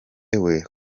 amerika